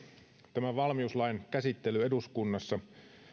valmiuslain käsittely eduskunnassa